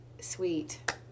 sweet